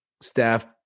staff